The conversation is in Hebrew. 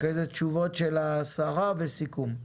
תשובות השרה וסיכום.